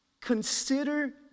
consider